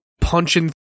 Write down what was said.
punching